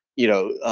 you know,